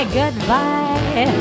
goodbye